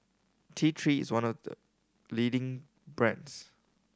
T Three is one of the leading brands